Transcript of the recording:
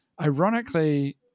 ironically